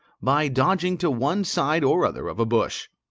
by dodging to one side or other of a bush.